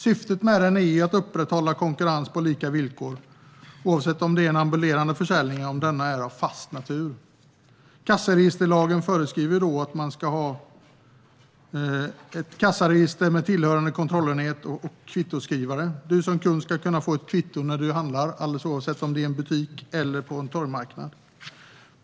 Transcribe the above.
Syftet med den är att upprätthålla konkurrens på lika villkor, oavsett om det rör sig om ambulerande försäljning eller försäljning av fast natur. Kassaregisterlagen föreskriver då att man ska ha ett kassaregister med tillhörande kontrollenhet och kvittoskrivare. Du ska som kund kunna få ett kvitto när du handlar, oavsett om det är i en butik eller på en torgmarknad.